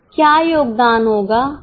क्या योगदान होगा पीवीआर क्या होगा